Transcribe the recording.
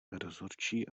rozhodčí